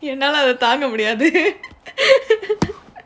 என்னாலஅததாங்கமுடியாதே: ennala atha thanga mudiyadhe